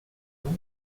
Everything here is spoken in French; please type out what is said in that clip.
donc